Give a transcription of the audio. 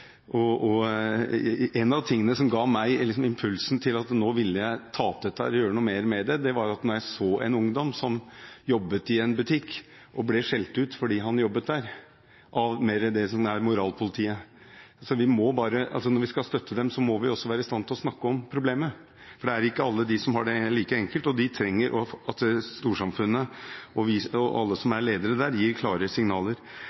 de jentene. En av de tingene som ga meg impulsen til å ta opp dette og gjøre noe med det, var at jeg så en ungdom som jobbet i en butikk og ble skjelt ut av «moralpolitiet» fordi han jobbet der. Når vi skal støtte dem, må vi også være i stand til å snakke om problemet. For det er ikke alle som har det like enkelt, og de trenger at storsamfunnet og alle som er ledere der, gir klare signaler.